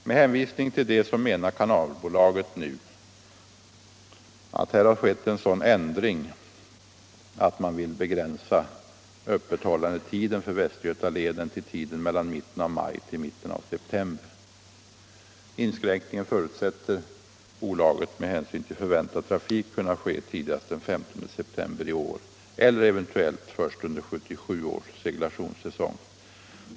Med hänvisning till det menar Kanalbolaget nu att här har skett en sådan ändring att man vill begränsa öppethållandet för Västgötaleden till tiden mellan mitten av maj och mitten av september. Inskränkningen förutsätter bolaget med hänsyn till förväntad trafik kunna ske tidigast den 15 september i år eller eventuellt först under 1977 års seglationssäsong.